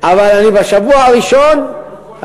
אבל בשבוע הראשון,